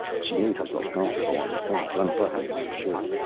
she made herself comfortable on the cot, unbuttoning her shirt.